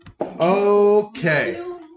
Okay